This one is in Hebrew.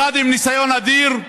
אחד עם ניסיון אדיר,